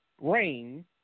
rain